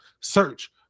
search